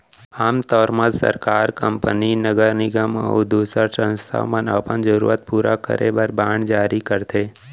आम तौर म सरकार, कंपनी, नगर निगम अउ दूसर संस्था मन अपन जरूरत पूरा करे बर बांड जारी करथे